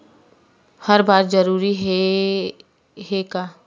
हर बार जरूरी हे का?